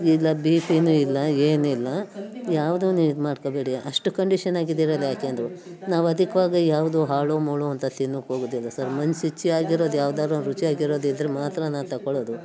ಇಲ್ಲ ಬಿ ಪಿನು ಇಲ್ಲ ಏನಿಲ್ಲ ಯಾವುದೋ ನೀವು ಇದು ಮಾಡ್ಕೊಳ್ಬೇಡಿ ಅಷ್ಟು ಕಂಡೀಷನ್ ಹಾಕಿದ್ದೀರಲ್ಲ ಯಾಕದು ನಾವು ಅಧಿಕವಾಗಿ ಯಾವುದು ಹಾಳು ಮೂಳು ಅಂತ ತಿನ್ನೋಕೆ ಹೋಗೋದಿಲ್ಲ ಸರ್ ಮನ್ಸು ಇಚ್ಛೆಯಾಗಿರೋದು ಯಾವ್ದಾದ್ರು ರುಚಿಯಾಗಿರೋದು ಇದ್ದರೆ ಮಾತ್ರ ನಾನು ತಗೊಳ್ಳೋದು